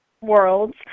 worlds